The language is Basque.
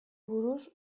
buruz